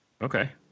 Okay